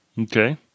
Okay